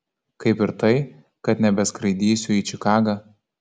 kaip ir tai kad nebeskraidysiu į čikagą